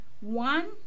One